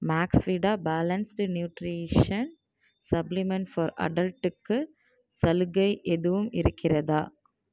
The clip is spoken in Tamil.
Maxvida balanced nutrition supplement for அடல்ட்டுக்கு சலுகை எதுவும் இருக்கிறதா